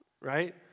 right